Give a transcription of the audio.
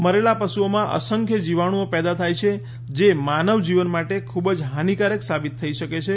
મરેલા પશુઓમાં અસંખ્ય જીવાણુંઓ પેદા થાય છે જે માનવ જીવન માટે ખૂબ જ હાનીકારક સાબિત થઈ શકે છે